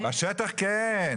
בשטח כן.